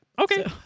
Okay